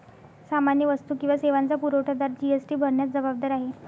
सामान्य वस्तू किंवा सेवांचा पुरवठादार जी.एस.टी भरण्यास जबाबदार आहे